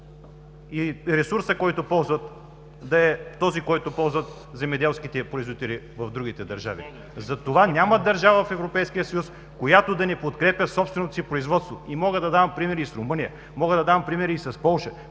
и ресурсът, който ползват, да е този, който ползват земеделските производители в другите държави? Затова няма държава в Европейския съюз, която да не подкрепя собственото си производство. Мога да дам примери и с Румъния, мога да дам примери и с Полша,